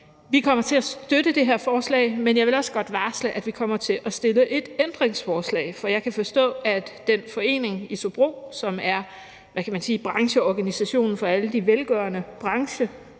Vi kommer til at støtte det her forslag, men jeg vil også godt varsle, at vi kommer til at stille et ændringsforslag, for jeg kan forstå, at foreningen ISOBRO, som er brancheorganisationen for alle de velgørende indsamlingsorganisationer,